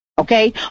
Okay